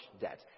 debt